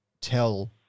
tell